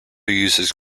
uses